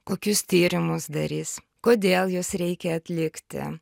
kokius tyrimus darys kodėl juos reikia atlikti